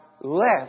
left